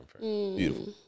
beautiful